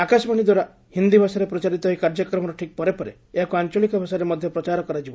ଆକାଶବାଣୀ ଦ୍ୱାରା ହିନ୍ଦୀଭାଷାରେ ପ୍ରଚାରିତ ଏହି କାର୍ଯ୍ୟକ୍ରମର ଠିକ୍ ପରେ ପରେ ଏହାକୁ ଆଞ୍ଚଳିକ ଭାଷାରେ ମଧ୍ୟ ପ୍ରଚାର କରାଯିବ